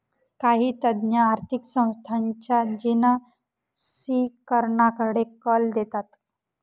काही तज्ञ आर्थिक संस्थांच्या जिनसीकरणाकडे कल देतात